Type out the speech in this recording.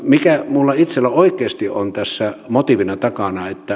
mikä minulla itsellä oikeasti on tässä motiivina takana